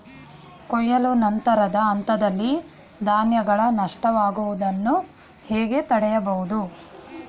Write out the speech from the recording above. ಕೊಯ್ಲು ನಂತರದ ಹಂತದಲ್ಲಿ ಧಾನ್ಯಗಳ ನಷ್ಟವಾಗುವುದನ್ನು ಹೇಗೆ ತಡೆಯಬಹುದು?